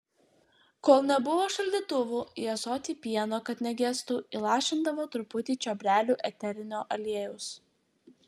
kol nebuvo šaldytuvų į ąsotį pieno kad negestų įlašindavo truputį čiobrelių eterinio aliejaus